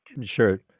Sure